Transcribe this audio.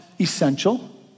essential